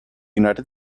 united